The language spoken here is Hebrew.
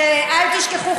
אל תשכחו,